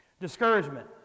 Discouragement